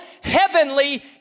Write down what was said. heavenly